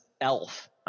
elf